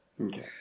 Okay